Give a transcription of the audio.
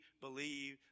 believe